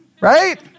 right